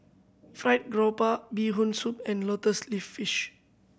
Fried Garoupa Bee Hoon Soup and lotus leaf fish